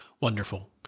Wonderful